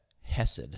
hesed